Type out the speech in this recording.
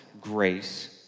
grace